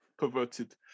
Perverted